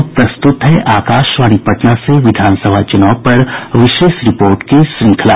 अब प्रस्तुत है आकाशवाणी पटना से विधानसभा चुनाव पर विशेष रिपोर्ट की श्रृंखला